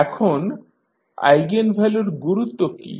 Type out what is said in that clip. এখন আইগেনভ্যালুর গুরুত্ব কী